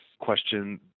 question